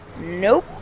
Nope